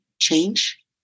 change